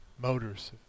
motors